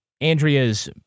Andrea's